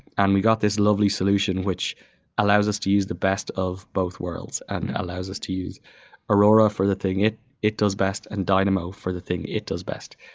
and we got this lovely solution, which allows us to use the best of both worlds and allows us to use aurora for the thing it it does best, and dynamo for the thing it does best.